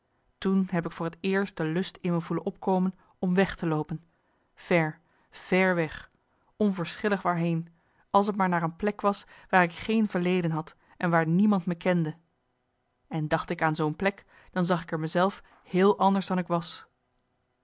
toen heb ik voor t eerst de lust in me voelen opkomen om weg te loopen ver ver weg onverschillig waarheen als t maar naar een plek was waar ik geen verleden had en waar niemand me kende en dacht ik aan zoo'n plek dan zag ik er me zelf heel anders dan ik was